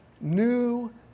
New